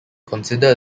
consider